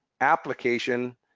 application